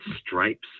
stripes